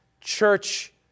Church